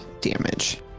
damage